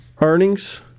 Earnings